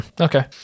Okay